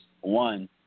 one